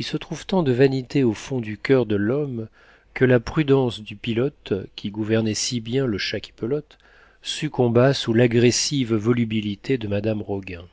il se trouve tant de vanité au fond du coeur de l'homme que la prudence du pilote qui gouvernait si bien le chat qui pelote succomba sous l'agressive volubilité de madame roguin